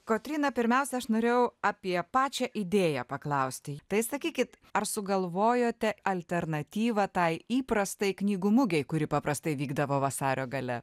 kotryna pirmiausia aš norėjau apie pačią idėją paklausti tai sakykit ar sugalvojote alternatyvą tai įprastai knygų mugei kuri paprastai vykdavo vasario gale